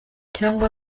cyangwa